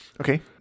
Okay